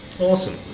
Awesome